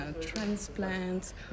transplants